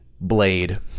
blade